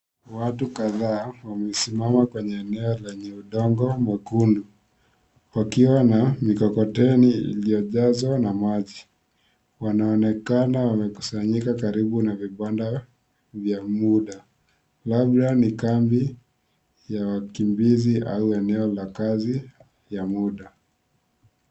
Watu kadhaa wamesimama kwenye eneo lenye udongo mwekundu wakiwa na mikokoteni iliyojazwa na maji wanaonekana wamekusanyika karibu na vibanda vya muda labda ni kambi ya wakimbizi au eneo la kazi ya muda.